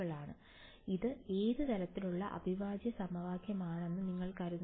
അതിനാൽ ഇത് ഏത് തരത്തിലുള്ള അവിഭാജ്യ സമവാക്യമാണെന്ന് നിങ്ങൾ കരുതുന്നു